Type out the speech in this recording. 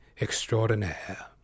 extraordinaire